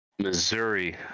Missouri